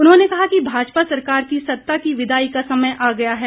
उन्होंने कहा कि भाजपा सरकार की सत्ता की विदाई का समय आ गया है